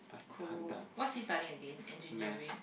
cool what's he studying again engineering